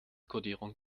kodierung